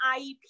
IEP